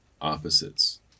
opposites